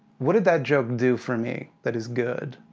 what did that joke do for me, that is good?